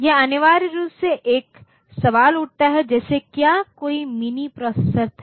यह अनिवार्य रूप से एक सवाल उठाता है जैसे क्या कोई मिनी प्रोसेसर था